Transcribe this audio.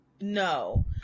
No